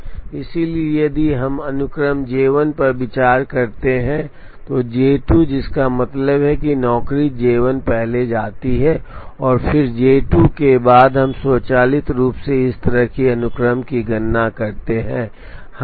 इसलिए यदि हम अनुक्रम J1 पर विचार करते हैं तो J2 जिसका मतलब है कि नौकरी J1 पहले जाती है और फिर J2 के बाद हम स्वचालित रूप से इस तरह अनुक्रम की गणना करते हैं